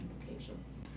implications